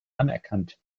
anerkannt